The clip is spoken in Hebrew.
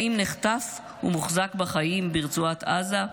האם נחטף ומוחזק בחיים ברצועת עזה?